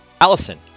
Allison